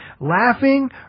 laughing